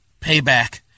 Payback